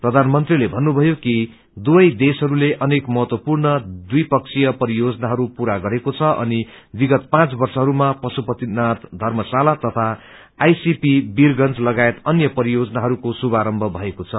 प्रधानमंत्रीले भन्नुभयो कि दुवै देशहरूले अनेक महत्वपूर्ण द्विपक्षीय परियोजनाहरू पूरा गरेको छ अनि विगत पाँच वर्षहरूमा प्शुपतिनाथ धम्रशाला तथा आईसीपी बीरगंज लगायत अन्य परियोजनाहरूको शुभारम्भ भएको छ